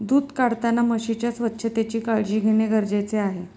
दूध काढताना म्हशीच्या स्वच्छतेची काळजी घेणे गरजेचे आहे